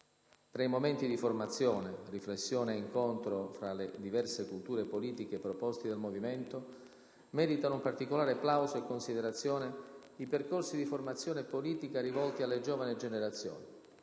Tra i momenti di formazione, riflessione e incontro fra le diverse culture politiche proposti dal Movimento, meritano un particolare plauso e considerazione i percorsi di formazione politica rivolti alle giovani generazioni.